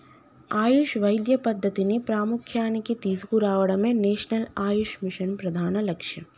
ఆయుష్ వైద్య పద్ధతిని ప్రాముఖ్య్యానికి తీసుకురావడమే నేషనల్ ఆయుష్ మిషన్ ప్రధాన లక్ష్యం